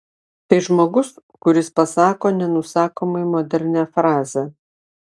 tai žmogus kuris pasako nenusakomai modernią frazę